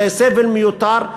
זה סבל מיותר,